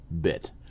bit